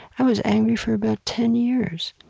i was angry for about ten years.